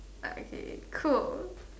uh okay cool